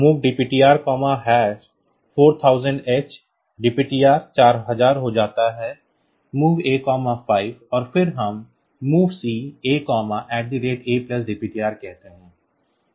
MOV DPTR4000h DPTR 4000 हो जाता है MOV A 5 और फिर हम MOVC A ADPTR कहते हैं